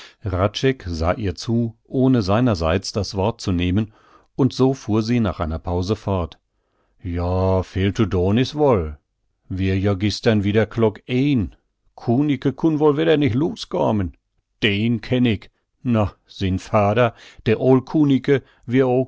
sah ihr zu ohne seinerseits das wort zu nehmen und so fuhr sie nach einer pause fort joa veel to dohn is woll wihr joa gistern wedder klock een kunicke kunn woll wedder nich los koamen den kenn ick na sien vader de